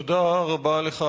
תודה רבה לך.